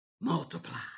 multiply